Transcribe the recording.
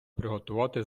приготувати